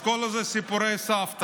אז כל זה סיפורי סבתא.